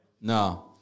no